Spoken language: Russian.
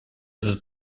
этот